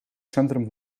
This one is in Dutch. centrum